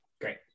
Great